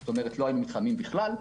כלומר לא היינו מתחממים בכלל.